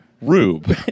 rube